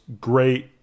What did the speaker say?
great